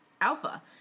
Alpha